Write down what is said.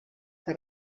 que